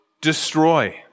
destroy